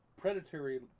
predatory